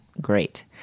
great